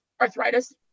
arthritis